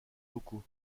locaux